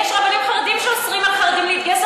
יש רבנים חרדים שאוסרים על חרדים להתגייס,